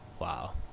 Wow